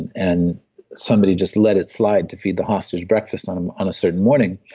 and somebody just let it slide to feed the hostage breakfast um on a certain morning.